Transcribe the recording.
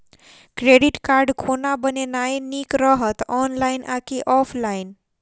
Credit card कोना बनेनाय नीक रहत? ऑनलाइन आ की ऑफलाइन?